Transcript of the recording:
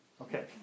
Okay